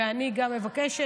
ואני גם מבקשת,